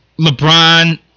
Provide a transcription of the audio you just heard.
lebron